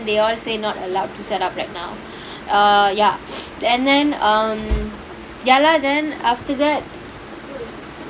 they all say not allowed to set up right now err ya and then um ya lah then after that